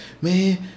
man